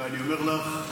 ואני אומר לך,